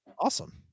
Awesome